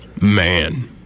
Man